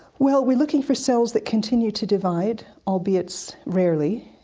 well we're looking for cells that continue to divide, albeit it's rarely,